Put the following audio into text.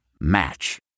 Match